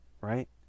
right